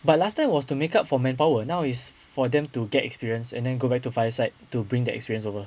but last time was to make up for manpower now it's for them to get experience and then go back to fire side to bring their experience over